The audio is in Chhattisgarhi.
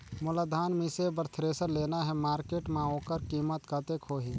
मोला धान मिसे बर थ्रेसर लेना हे मार्केट मां होकर कीमत कतेक होही?